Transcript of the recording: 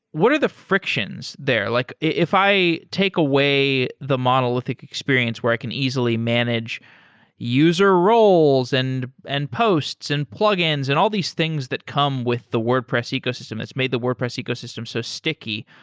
what are the frictions there? like if i take away the monolithic experience where i can easily manage user roles, and and posts, and plug-ins, and all these things that come with the wordpress ecosystem that's made the wordpress ecosystem so sticky,